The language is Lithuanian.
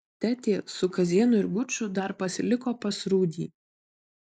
tetė su kazėnu ir guču dar pasiliko pas rūdį